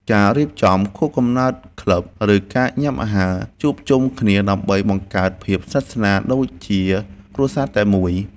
ការរៀបចំខួបកំណើតក្លឹប ឬការញ៉ាំអាហារជួបជុំគ្នា ដើម្បីបង្កើតភាពស្និទ្ធស្នាលដូចជាគ្រួសារតែមួយ។